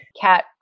cat